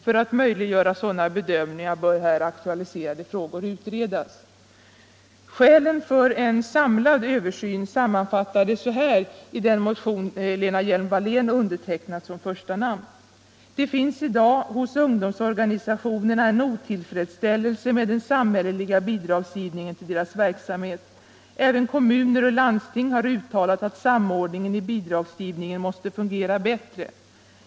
För att möjliggöra sådana bedömningar bör här aktualiserade frågor utredas.” Skälen för en samlad översyn sammanfattades så här i den motion som Lena Hjelm-Wallén undertecknat som första namn: "Det finns i dag hos ungdomsorganisationerna en otillfredsställelse med den samhälleliga bidragsgivningen till deras verksamhet. Även kommuner och landsting har uttalat att samordningen i bidragsgivningen måste fungera bättre.